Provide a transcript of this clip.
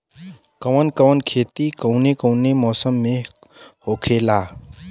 कवन कवन खेती कउने कउने मौसम में होखेला?